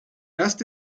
erste